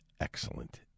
Excellent